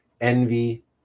envy